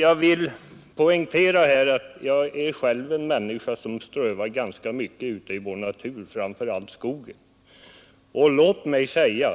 Jag strövar själv ganska mycket ute i naturen, framför allt i skogen. Hittills har